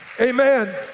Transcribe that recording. Amen